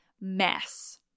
mess